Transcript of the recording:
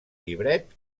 llibret